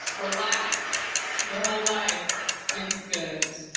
relax, your whole life seems good.